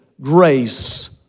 grace